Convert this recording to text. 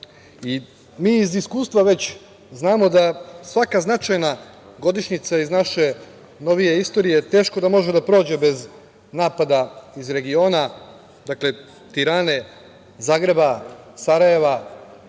Mi iz iskustva već znamo da svaka značajna godišnjica iz naše novije istorije teško da može da prođe bez napada iz regiona, dakle, Tirane, Zagreba, Sarajeva,